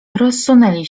rozsunęli